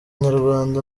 nyarwanda